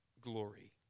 glory